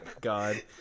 god